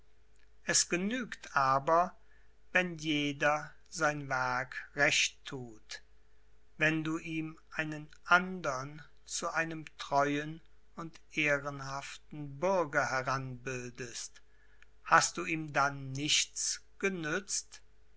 es genügt aber wenn jeder sein werk recht thut wenn du ihm einen andern zu einem treuen und ehrenhaften bürger heranbildest hast du ihm dann nichts genützt